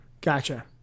Gotcha